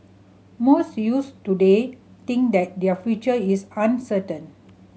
most youths today think that their future is uncertain